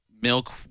milk